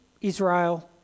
Israel